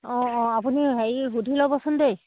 অঁ অঁ আপুনি হেৰি সুধি ল'বচোন দেই